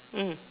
mm